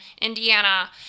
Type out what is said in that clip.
Indiana